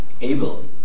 able